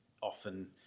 Often